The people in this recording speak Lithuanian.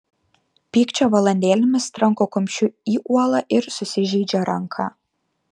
pykčio valandėlėmis tranko kumščiu į uolą ir susižeidžia ranką